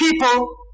people